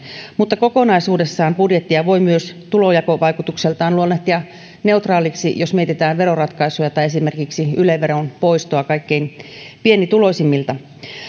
mutta kokonaisuudessaan budjettia voi tulonjakovaikutukseltaan luonnehtia neutraaliksi jos mietitään veroratkaisuja tai esimerkiksi yle veron poistoa kaikkein pienituloisimmilta